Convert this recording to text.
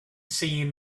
seeing